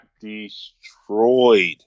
destroyed